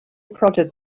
prodded